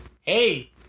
Hey